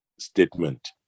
Statement